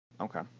Okay